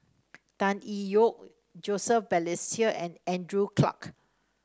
Tan Ye Yoke Joseph Balestier and Andrew Clarke